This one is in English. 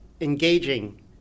engaging